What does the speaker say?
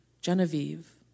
Genevieve